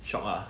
shock lah